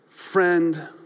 Friend